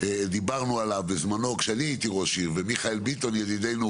דיברנו עליו בזמנו כשאני הייתי ראש עיר ומיכאל ביטון ידידינו